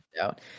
out